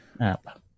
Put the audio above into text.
app